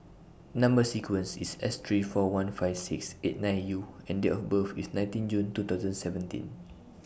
Number sequence IS S three four one five six eight nine U and Date of birth IS nineteen June two thousand and seventeen